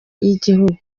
y’igihugu